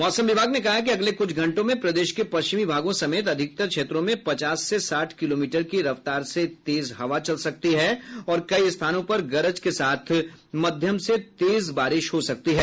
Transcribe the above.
मौसम विभाग ने कहा है कि अगले कुछ घंटों में प्रदेश के पश्चिमी भागों समेत अधिकतर क्षेत्रों में पचास से साठ किलोमीटर की रफ्तार से तेज हवा चलेगी और कई स्थानों पर गरज के साथ मध्यम से तेज बारिश हो सकती है